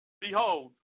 Behold